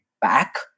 back